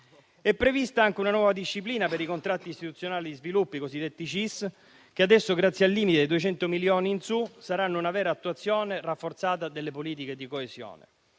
È prevista anche una nuova disciplina per i contratti istituzionali di sviluppo (CIS) che adesso, grazie al limite dai 200 milioni in su, vedranno la vera attuazione rafforzata delle politiche di coesione.